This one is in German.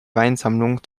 weinsammlung